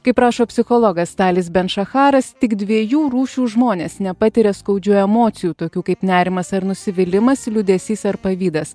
kaip rašo psichologas talis bent šacharas tik dviejų rūšių žmonės nepatiria skaudžių emocijų tokių kaip nerimas ar nusivylimas liūdesys ar pavydas